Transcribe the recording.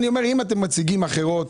אם אתם מציגים "אחרות",